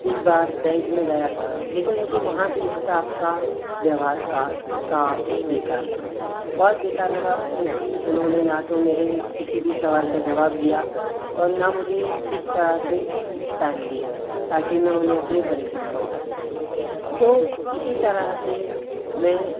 एक बार बैंक में गया था लेकिन मुझे वहाँ के स्टाफ का व्यवहार का काफ़ी बेकार लगा बहुत बेकार लगा क्योंकि उन्होंने ना तो मेरे किसी भी सवाल का जवाब दिया और ना मुझे ठीक तरह से टाइम दिया ताकि मैं उन्हें अपनी परेशानी बता सकूँ तो इसी तरह से मैं